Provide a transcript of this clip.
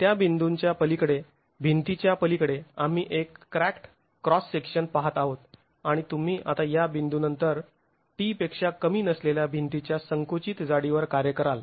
त्या बिंदुच्या पलीकडे भिंतीच्या पलीकडे आम्ही एक क्रॅक्ड क्रॉस सेक्शन पाहत आहोत आणि तुम्ही आता या बिंदुनंतर t पेक्षा कमी नसलेल्या भिंतीच्या संकुचित जाडीवर कार्य कराल